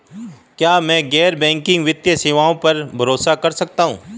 क्या मैं गैर बैंकिंग वित्तीय सेवाओं पर भरोसा कर सकता हूं?